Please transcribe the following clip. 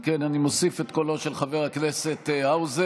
אם כן, אני מוסיף את קולו של חבר הכנסת האוזר.